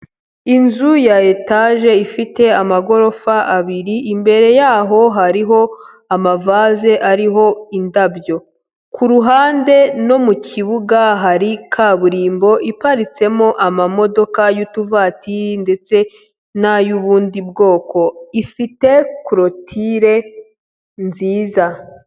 Inzu ya etaje ifite amagorofa abiri, imbere yaho hariho amavaze ariho indabyo, ku ruhande no mu kibuga hari kaburimbo iparitsemo amamodoka y'utuvatiri ndetse n'ay'ubundi bwoko, ifite korotire nziza.